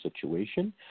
situation